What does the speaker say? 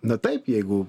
na taip jeigu